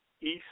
East